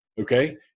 Okay